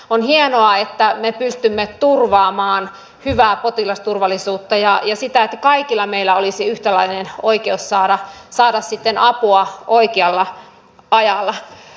on hienoa että me pystymme turvaamaan hyvää potilasturvallisuutta ja sitä että kaikilla meillä olisi yhtäläinen oikeus saada apua oikealla ajalla